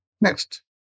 Next